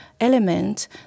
element